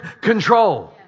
control